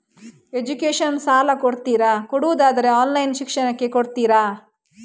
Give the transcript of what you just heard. Education ಗೆ ಸಾಲ ಕೊಡ್ತೀರಾ, ಕೊಡುವುದಾದರೆ ಆನ್ಲೈನ್ ಶಿಕ್ಷಣಕ್ಕೆ ಕೊಡ್ತೀರಾ?